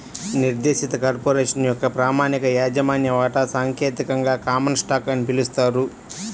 నిర్దేశిత కార్పొరేషన్ యొక్క ప్రామాణిక యాజమాన్య వాటా సాంకేతికంగా కామన్ స్టాక్ అని పిలుస్తారు